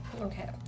Okay